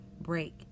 break